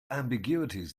ambiguities